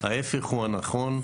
ההפך הוא הנכון,